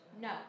No